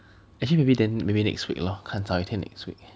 actually maybe then maybe next week lor 看找一天 next week